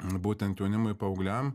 ar būtent jaunimui paaugliam